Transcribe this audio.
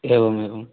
एवमेवं